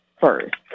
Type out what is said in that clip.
first